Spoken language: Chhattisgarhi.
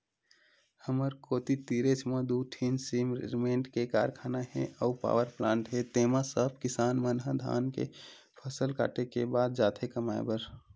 हमर कोती तीरेच म दू ठीन सिरमेंट के कारखाना हे अउ पावरप्लांट हे तेंमा सब किसान मन ह धान के फसल काटे के बाद जाथे कमाए बर